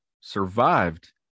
Survived